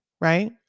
right